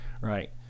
right